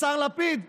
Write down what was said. השר לפיד,